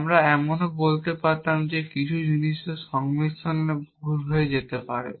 আমরা এমনও বলতে পারতাম যে কিছু জিনিসের সংমিশ্রণে ভুল হয়ে যেতে পারে